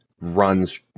runs